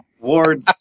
Ward